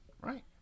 Right